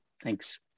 Thanks